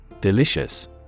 Delicious